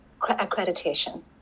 accreditation